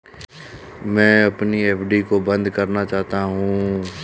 मैं अपनी एफ.डी को बंद करना चाहता हूँ